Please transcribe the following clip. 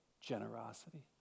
generosity